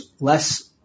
less